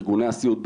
ארגוני הסיעוד,